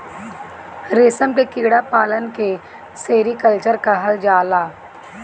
रेशम के कीड़ा पालन के सेरीकल्चर कहल जाला